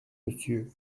monsieur